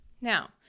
Now